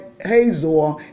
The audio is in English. Hazor